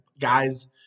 guys